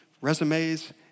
resumes